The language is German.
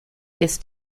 ist